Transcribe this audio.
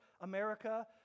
America